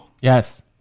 Yes